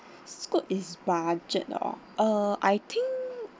Scoot is budget oh uh I think